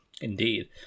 indeed